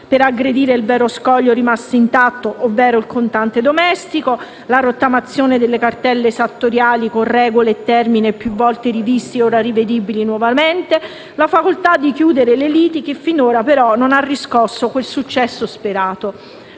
per aggredire il vero scoglio rimasto intatto, ovvero il contante domestico; la rottamazione delle cartelle esattoriali, con regole e termini più volte rivisti e ora rivedibili nuovamente; la facoltà di chiudere le liti, che finora non ha riscosso il successo sperato.